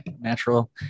Natural